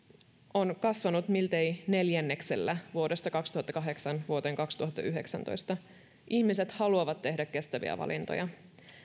on kasvanut miltei neljänneksellä vuodesta kaksituhattakahdeksan vuoteen kaksituhattayhdeksäntoista ihmiset haluavat tehdä kestäviä valintoja